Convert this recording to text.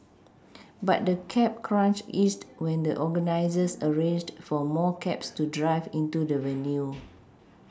but the cab crunch eased when the organisers arranged for more cabs to drive into the venue